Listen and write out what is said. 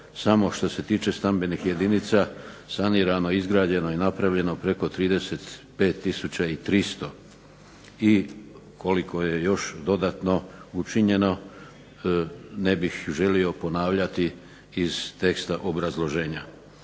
samo što se tiče stambenih jedinica sanirano, izgrađeno i napravljeno preko 35 tisuća i 300, i koliko je još dodatno učinjeno ne bih želio ponavljati iz teksta obrazloženja.